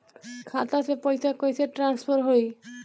खाता से पैसा कईसे ट्रासर्फर होई?